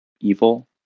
evil